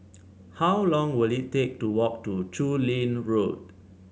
how long will it take to walk to Chu Lin Road